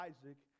Isaac